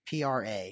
PRA